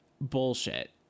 bullshit